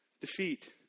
defeat